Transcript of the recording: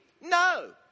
No